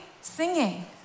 singing